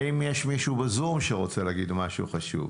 הדדית והסתכלות מזווית ראייה של האדם.